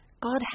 God